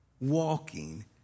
walking